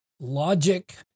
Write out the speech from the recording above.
Logic